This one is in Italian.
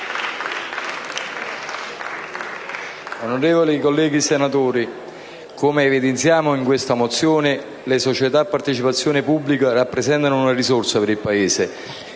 Onorevoli colleghi senatori, come evidenziamo in questa mozione, le società a partecipazione pubblica rappresentano una risorsa per il Paese